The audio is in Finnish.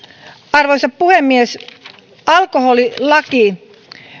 arvoisa puhemies alkoholilaki